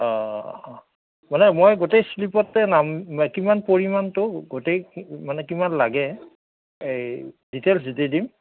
অঁ মানে মই গোটেই শ্লীপতে নাম কিমান পৰিমাণটো গোটেই মানে কিমান লাগে এই ডিটেইলচ দি দিম